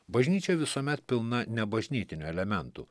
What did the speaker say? bažnyčia visuomet pilna nebažnytinių elementų